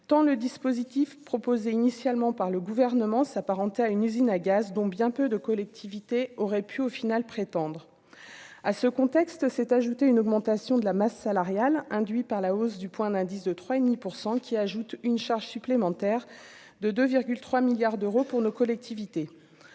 tant le dispositif proposé initialement par le gouvernement s'apparenter à une usine à gaz dont bien peu de collectivités auraient pu, au final, prétendre à ce contexte s'est ajoutée une augmentation de la masse salariale induit par la hausse du point d'indice de 3 et demi % qui ajoute une charge supplémentaire de 2,3 milliards d'euros pour nos collectivités,